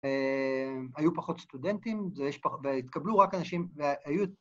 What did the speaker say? ‫היו פחות סטודנטים, ‫והתקבלו רק אנשים...